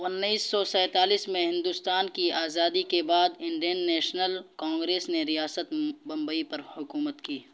انیس سو سینتالیس میں ہندوستان کی آزادی کے بعد انڈین نیشنل کانگریس نے ریاست بمبئی پر حکومت کی